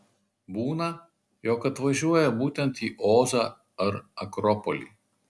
būna jog atvažiuoja būtent į ozą ar akropolį